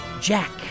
Jack